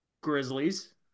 Grizzlies